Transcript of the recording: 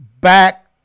back